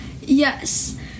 Yes